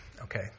okay